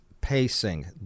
pacing